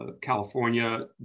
California